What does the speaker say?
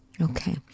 Okay